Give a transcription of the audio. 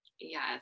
yes